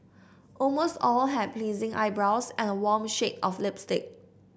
almost all had pleasing eyebrows and a warm shade of lipstick